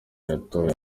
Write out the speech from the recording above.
yatowemo